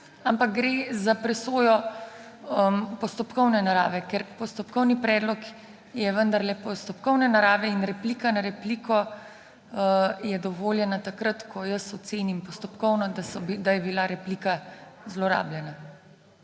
ampak gre za presojo postopkovne narave, ker postopkovni predlog je vendarle postopkovne narave. Replika na repliko je dovoljena takrat, ko jaz ocenim postopkovno, da je bila replika zlorabljena